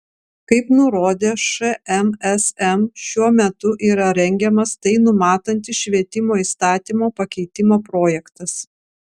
kaip nurodė šmsm šiuo metu yra rengiamas tai numatantis švietimo įstatymo pakeitimo projektas